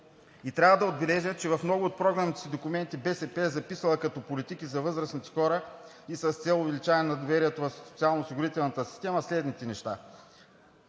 Трябва да отбележа, че в много от програмните си документи БСП е записала като политики за възрастните хора, с цел увеличаване на доверието в социалноосигурителната система следните неща: